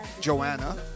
Joanna